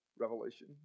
Revelation